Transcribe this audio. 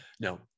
no